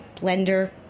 blender